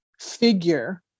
figure